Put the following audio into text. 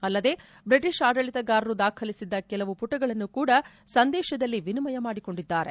ಅಲ್ಲದೆ ಬ್ರಿಟಿಷ್ ಆಡಳಿತಗಾರರು ದಾಖಲಿಸಿದ್ದ ಕೆಲವು ಪುಟಗಳನ್ನು ಕೂಡ ಸಂದೇಶದಲ್ಲಿ ವಿನಿಮಯ ಮಾಡಿಕೊಂಡಿದ್ದಾರೆ